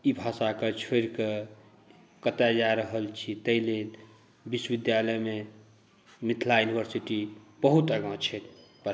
ई भाषाके छोड़िकऽ कतऽ जा रहल छी ताहि लेल विश्वविद्यालयमे मिथिला यूनिवर्सिटी बहुत आगाँ छै